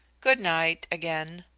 good-night again.